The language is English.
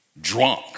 drunk